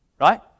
right